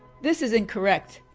this is incorrect.